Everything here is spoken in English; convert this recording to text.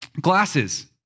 glasses